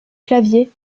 clavier